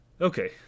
Okay